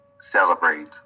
celebrate